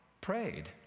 prayed